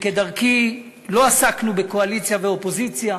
כדרכי, לא עסקנו בקואליציה ובאופוזיציה.